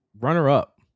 Runner-up